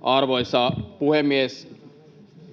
Arvoisa puhemies!